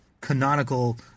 canonical